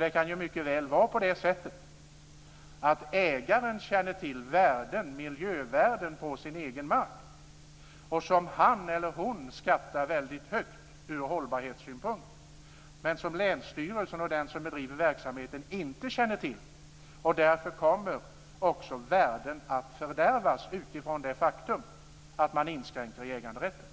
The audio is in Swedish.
Det kan ju mycket väl vara så att ägaren känner till miljövärden på sin egen mark som han eller hon skattar väldigt högt ur hållbarhetssynpunkt, men som länsstyrelsen och den som bedriver verksamheten inte känner till. Därför kommer också värden att fördärvas i och med det faktum att man inskränker äganderätten.